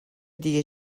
دیگه